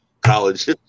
college